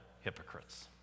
hypocrites